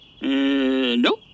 Nope